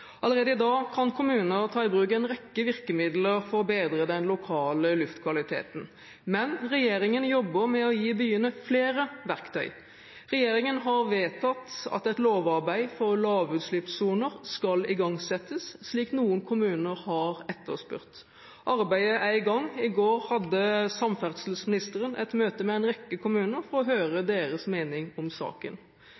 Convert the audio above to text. Allerede i dag kan kommuner ta i bruk en rekke virkemidler for å bedre den lokale luftkvaliteten. Men Regjeringen jobber med å gi byene flere verktøy. Regjeringen har vedtatt at et lovarbeid for lavutslippssoner skal igangsettes, slik noen kommuner har etterspurt. Arbeidet er i gang – i går hadde samferdselsministeren et møte med en rekke kommuner for å høre deres mening om saken.